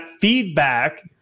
feedback